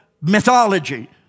mythology